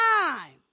time